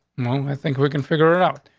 well, i think we can figure it out.